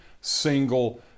single